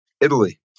Italy